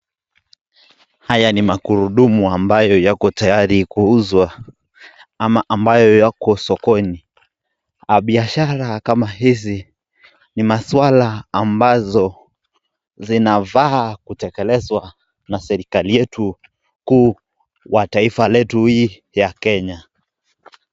Haya ni magurudumu ambayo yako tayari kuuzwa ama ambayo yako sokoni. Biashara kama hizi ni maswala ambazo zinafaa kutekelezwa na serekali yetu kuu wa taifa hii ya kenya.